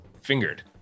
fingered